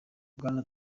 bwana